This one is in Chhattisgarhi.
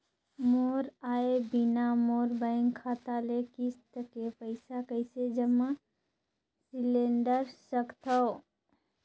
मोर आय बिना मोर बैंक खाता ले किस्त के पईसा कइसे जमा सिलेंडर सकथव?